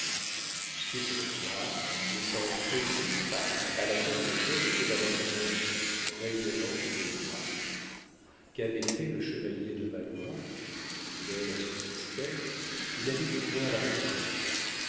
du bousquier se retira laissant entrer six femmes à la tête desquelles était madame granson rayonnante de joie qu'avait fait le chevalier de valois fidèle à son système il avait couvert la retraite